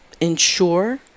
ensure